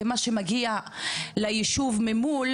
ומה שמגיע ליישוב ממול,